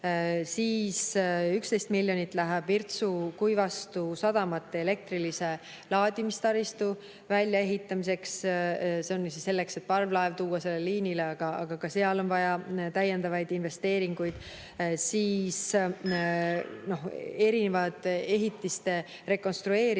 Veel, 11 miljonit läheb Virtsu ja Kuivastu sadama elektrilise laadimistaristu väljaehitamiseks. See ongi selleks, et tuua parvlaev liinile, aga ka seal on vaja täiendavaid investeeringuid. Siis on ehitiste rekonstrueerimised